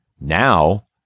Now